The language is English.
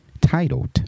Titled